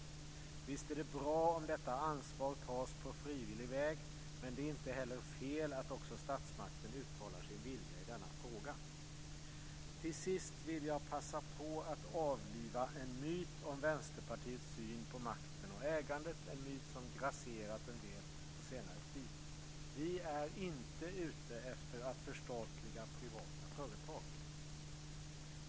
Visst är det bra om detta ansvar tas på frivillig väg, men det är inte heller fel att också statsmakten uttalar sin vilja i denna fråga. Till sist vill jag passa på att avliva en myt om Vänsterpartiets syn på makten och ägandet - en myt som grasserat en del på senare tid. Vi är inte ute efter att förstatliga privata företag.